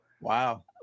Wow